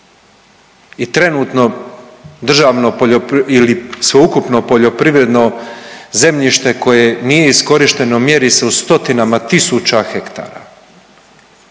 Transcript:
I trenutno ili sveukupno poljoprivredno zemljište koje nije iskorišteno mjeri se u stotinama tisuća hektara.